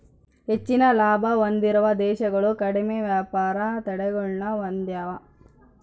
ಹೆಚ್ಚಿನ ಲಾಭ ಹೊಂದಿರುವ ದೇಶಗಳು ಕಡಿಮೆ ವ್ಯಾಪಾರ ತಡೆಗಳನ್ನ ಹೊಂದೆವ